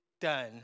done